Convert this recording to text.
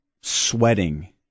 sweating